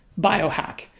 biohack